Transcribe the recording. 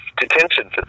detention